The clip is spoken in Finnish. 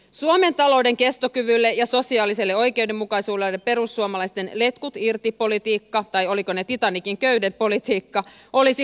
suomen talouden kestokyvylle ja sosiaaliselle oikeudenmukaisuudelle perussuomalaisten letkut irti politiikka tai oliko se titanicin köydet irti politiikka olisi kalliimpi vaihtoehto